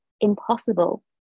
impossible